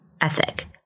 ethic